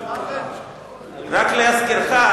רק להזכירך,